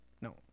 No